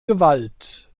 gewalt